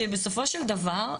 שבסופו של דבר,